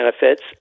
benefits